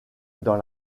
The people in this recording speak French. dans